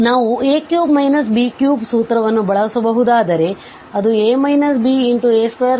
ನಾವು a3 b3 ಸೂತ್ರವನ್ನು ಬಳಸಬಹುದಾದರೆ ಅದುa2abb2 ಆಗಿದೆ